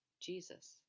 Jesus